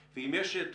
במיון.